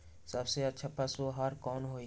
सबसे अच्छा पशु आहार कोन हई?